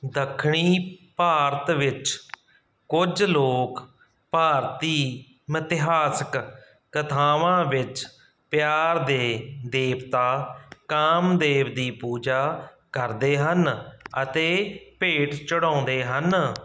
ਦੱਖਣੀ ਭਾਰਤ ਵਿੱਚ ਕੁਝ ਲੋਕ ਭਾਰਤੀ ਮਿਥਿਹਾਸਕ ਕਥਾਵਾਂ ਵਿੱਚ ਪਿਆਰ ਦੇ ਦੇਵਤਾ ਕਾਮਦੇਵ ਦੀ ਪੂਜਾ ਕਰਦੇ ਹਨ ਅਤੇ ਭੇਟ ਚੜਾਉਂਦੇ ਹਨ